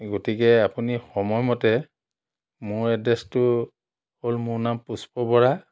গতিকে আপুনি সময়মতে মোৰ এড্ৰেছটো হ'ল মোৰ নাম পুষ্প বৰা